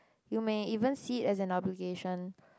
you may even see it as an obligation